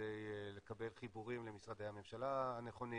כדי לקבל חיבורים למשרדי הממשלה הנכונים